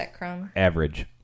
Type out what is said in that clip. Average